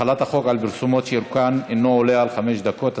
החלת החוק על פרסומות שאורכן אינו עולה על חמש דקות),